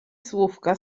słówka